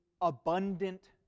abundant